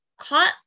caught